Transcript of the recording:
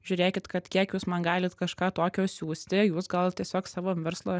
žiūrėkit kad kiek jūs man galit kažką tokio siųsti jūs gal tiesiog savo verslo